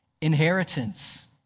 inheritance